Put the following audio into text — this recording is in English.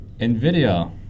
NVIDIA